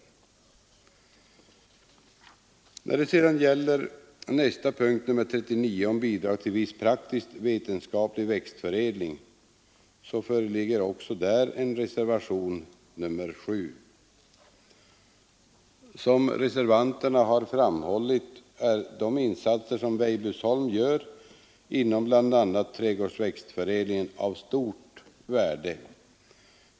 Också när det gäller punkten 39 om bidrag till viss praktiskt vetenskaplig växtförädling föreligger en reservation, betecknad med nr 7. Som reservanterna har framhållit är de insatser som Weibullsholm gör inom bl.a. trädgårdsväxtförädlingen av stort värde.